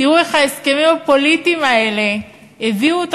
תראו איך ההסכמים הפוליטיים האלה הביאו אותו